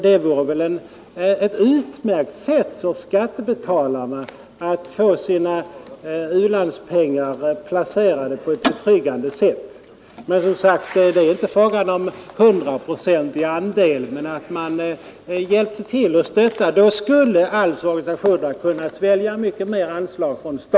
Det vore väl ett utmärkt sätt för skattebetalarna att få sina u-landspengar placerade på ett betryggande sätt. Det är inte fråga om att staten skall täcka samtliga kostnader för organisationernas verksamhet, utan meningen är att staten skall stödja dem.